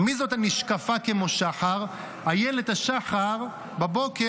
"מי זאת הנשקפה כמו שחר?" איילת השחר בבוקר,